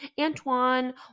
Antoine